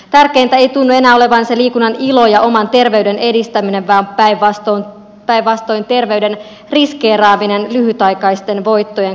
tärkeintä ei tunnu enää olevan se liikunnan ilo ja oman terveyden edistäminen vaan päinvastoin terveyden riskeeraaminen lyhytaikaisten voittojen kustannuksella